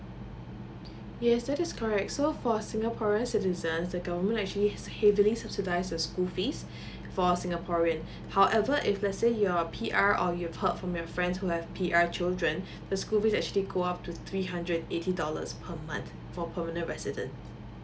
yes that is correct so for singaporeans citizens the government actually heavily subsidize the school fees for singaporean however if let's say you are P_R or you've heard from your friends who have P_R children the school fee has actually go up to three hundred eighty dollars per month for permanent resident